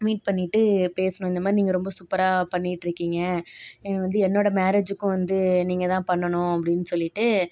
meet பண்ணிகிட்டு பேசுனோம் இந்த மாதிரி நீங்கள் ரொம்ப சூப்பராக பண்ணிகிட்ருக்கீங்க நீங்கள் வந்து என்னோட மேரேஜிக்கும் வந்து நீங்கள்தான் பண்ணணும் அப்படின்னு சொல்லிவிட்டு